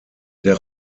der